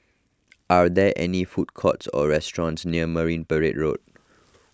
are there any food courts or restaurants near Marine Parade Road